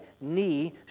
knee